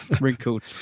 wrinkled